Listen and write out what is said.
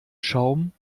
schaum